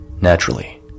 Naturally